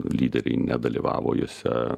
lyderiai nedalyvavo juose